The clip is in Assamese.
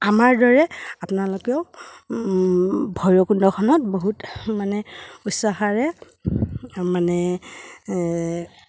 আমাৰ দৰে আপোনালোকেও ভৈৰৱকুণ্ডখনত বহুত মানে উৎসাহেৰে মানে